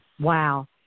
Wow